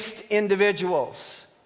individuals